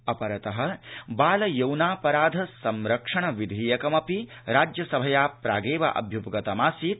अपरतः बाल यौनापराध संरक्षण विधेयकमपि राज्यसभया प्रागेव अभ्य्पगतमासीत्